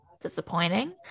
disappointing